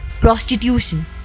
PROSTITUTION